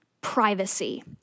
privacy